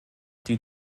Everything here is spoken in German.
die